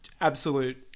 Absolute